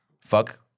Fuck